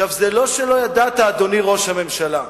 זה לא שלא ידעת, אדוני ראש הממשלה.